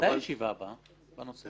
מתי הישיבה הבאה בנושא?